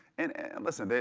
and and listen,